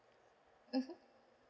mmhmm